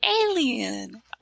Alien